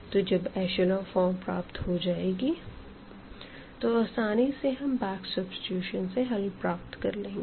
तो जब echelon form प्राप्त हो जाएगी तो आसानी से हम बैक सब्सीट्यूशन से हल प्राप्त कर लेंगे